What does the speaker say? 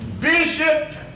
bishop